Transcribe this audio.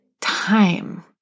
time